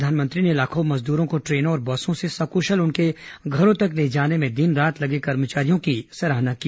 प्रधानमंत्री ने लाखों मजदूरों को ट्रेनों और बसों से सकुशल उनके घरों तक ले जाने में दिन रात लगे कर्मचारियों की सराहना की